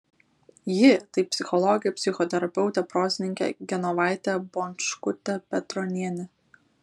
ji tai psichologė psichoterapeutė prozininkė genovaitė bončkutė petronienė